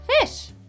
fish